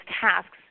tasks